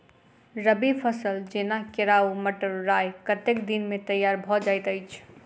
रबी फसल जेना केराव, मटर, राय कतेक दिन मे तैयार भँ जाइत अछि?